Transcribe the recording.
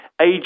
age